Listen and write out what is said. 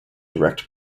direct